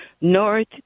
North